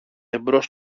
εμπρός